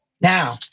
Now